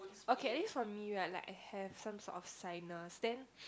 okay at least for me right like I have some sort of sinus then